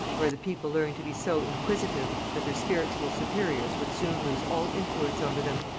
where the people learned to be so inquisitive that their spiritual superiors would soon lose all influence over them,